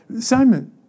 Simon